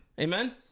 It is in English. Amen